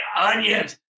onions